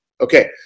okay